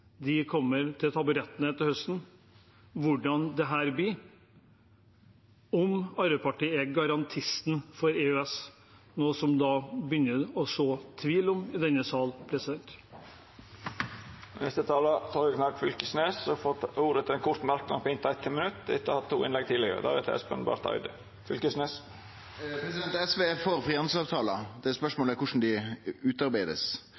de kommer til taburettene til høsten, blir det spennende å se hvordan dette blir – om Arbeiderpartiet er garantisten for EØS, noe som man begynner å så tvil om i denne salen. Representanten Torgeir Knag Fylkesnes har hatt ordet to gonger tidlegare og får ordet til ein kort merknad, avgrensa til 1 minutt. SV er for